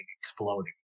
exploding